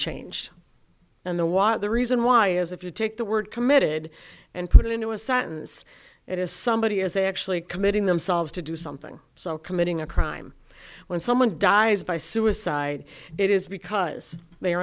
changed and the water the reason why is if you take the word committed and put it into a sentence it is somebody is they actually committing themselves to do something so committing a crime when someone dies by suicide it is because they are